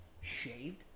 shaved